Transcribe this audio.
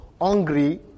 hungry